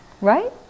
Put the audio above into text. Right